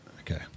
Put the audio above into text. Okay